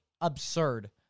absurd